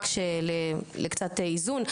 רק לקצת איזון,